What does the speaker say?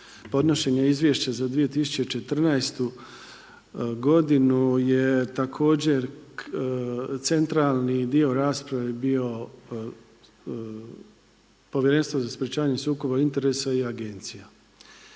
podnošenja Izvješća za 2014. godinu je također centralni dio rasprave bio Povjerenstvo za sprječavanje sukoba interesa i agencija